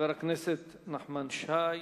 חבר הכנסת נחמן שי,